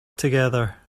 together